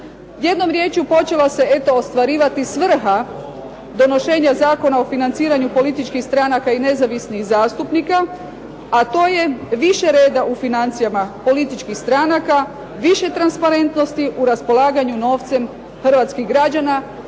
Jednom riječju počela se eto ostvarivati svrha donošenja Zakona o financiranju političkih stranaka i nezavisnih zastupnika, a to je više reda u financijama političkih stranaka, više transparentnosti u raspolaganju novcem hrvatskih građana,